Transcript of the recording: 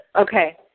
Okay